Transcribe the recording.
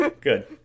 Good